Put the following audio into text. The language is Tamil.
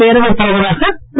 பேரவைத் தலைவராக திரு